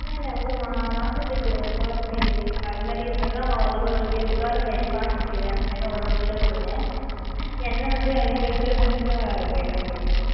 இல்லை இல்லை ஒரு மா மாசத்துக் கொடுங்க தோரம் பயிறு இப்போ அது மாதிரி இருக்கிறதுலாம் ஓ ஒரு ஒரு வி தோரம் பயிறு பாசி பயிறு அது மாதிரிலாம் ஒரு ஒரு கிலோ கொடுங்க எண்ணெ வந்து அஞ்சு லிட்ரு சன் ஃப்ளவர் ஆயில் வேணும் எங்களுக்கு